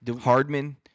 Hardman